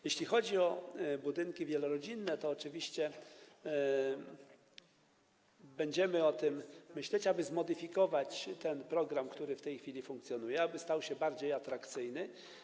Jeśli chodzi o budynki wielorodzinne, to oczywiście będziemy o tym myśleć, aby zmodyfikować ten program, który w tej chwili funkcjonuje, aby stał się bardziej atrakcyjny.